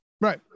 Right